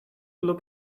look